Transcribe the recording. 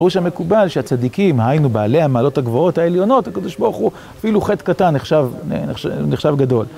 ברור שהמקובל שהצדיקים, היינו בעלי המעלות הגבוהות, העליונות, הקדוש ברוך הוא אפילו חטא קטן נחשב... נחשב גדול.